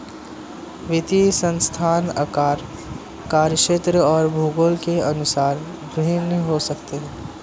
वित्तीय संस्थान आकार, कार्यक्षेत्र और भूगोल के अनुसार भिन्न हो सकते हैं